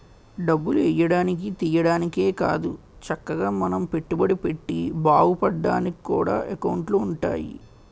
డబ్బులు ఎయ్యడానికి, తియ్యడానికే కాదు చక్కగా మనం పెట్టుబడి పెట్టి బావుపడ్డానికి కూడా ఎకౌంటులు ఉంటాయి